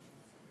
חברי הכנסת,